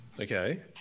Okay